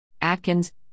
Atkins